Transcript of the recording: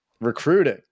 recruiting